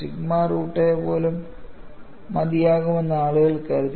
sigma root a പോലും മതിയാകുമെന്ന് ആളുകൾ കരുതി